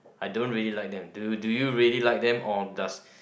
I don't really like them do do you really like them or does